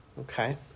okay